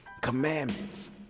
commandments